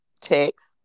text